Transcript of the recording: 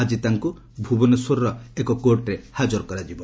ଆକ୍କି ତାଙ୍କୁ ଭୁବନେଶ୍ୱର କୋର୍ଟରେ ହାଜର କରାଯିବ